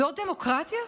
זו דמוקרטיה?